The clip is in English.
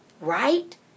right